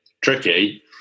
tricky